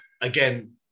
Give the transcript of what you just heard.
again